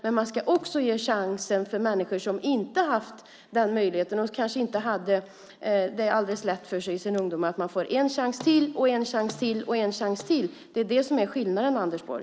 Men man ska också ge chansen för människor som inte har haft den möjligheten och kanske inte hade det alldeles lätt för sig i sin ungdom. Man ska få en chans till, en chans till och en chans till. Det är det som är skillnaden, Anders Borg.